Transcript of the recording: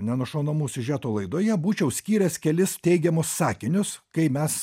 nenušaunamų siužetų laidoje būčiau skyręs kelis teigiamus sakinius kai mes